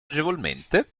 agevolmente